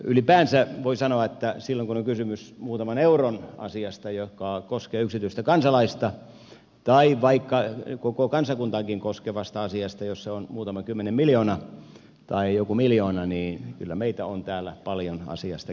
ylipäänsä voi sanoa että silloin kun on kysymys muutaman euron asiasta joka koskee yksityistä kansalaista tai vaikka koko kansakuntaakin koskevasta asiasta jossa on muutama kymmenen miljoonaa tai joku miljoona niin kyllä meitä on täällä paljon asiasta keskustelemassa